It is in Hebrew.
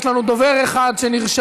יש לנו דובר אחד שנרשם,